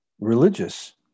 religious